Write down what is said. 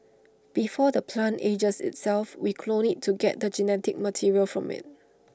before the plant ages itself we clone IT to get the genetic material from IT